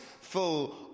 full